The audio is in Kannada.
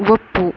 ಒಪ್ಪು